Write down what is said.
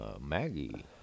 maggie